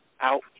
out